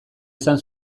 izan